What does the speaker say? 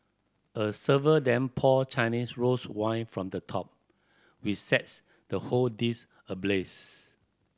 a server then pour Chinese rose wine from the top which sets the whole dish ablaze